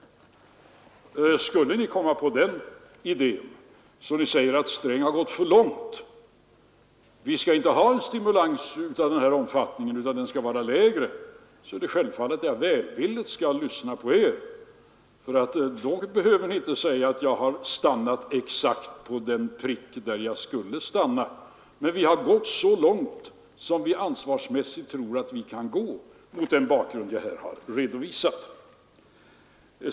Skulle ni komma på idén att säga att Sträng har gått för långt — vi skall inte ha en stimulans av den här omfattningen utan den skall vara lägre — är det självfallet att jag välvilligt skall lyssna på er, för då behöver ni inte säga att jag stannar exakt på den prick där jag stannat. Men vi har gått så långt som vi ansvarsmässigt tror att vi kan gå mot den bakgrund jag här redovisat.